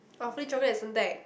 awfully-chocolate at Suntec